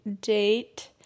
date